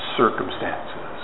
circumstances